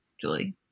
Julie